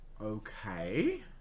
Okay